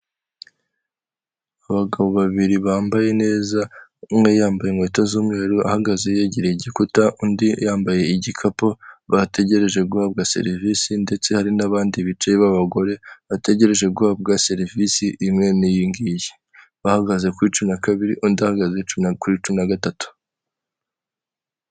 Umugabo w'imisatsi migufiya w'inzobe ufite ubwanwa bwo hejuru wambaye umupira wo kwifubika urimo amabara atandukanye ubururu, umweru n'umukara wambariyemo ishati, araburanishwa.